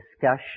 discussion